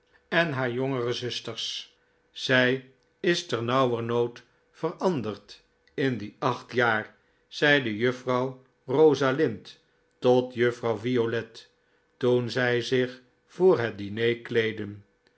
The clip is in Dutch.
en haar jongere zusters zij is ternauwernood veranderd in die acht jaar zeide juffrouw rosalind tot juffrouw violet toen zij zich voor het diner kleedden